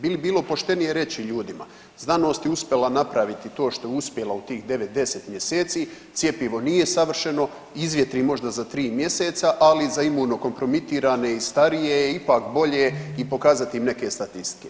Bi li bilo poštenije reći ljudima znanost je uspjela napraviti to što je uspjela u tih 9-10 mjeseci, cjepivo nije savršeno, izvjetri možda za 3 mjeseca, ali za imunokompromitirane i starije je ipak bolje i pokazati im neke statistike.